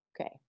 Okay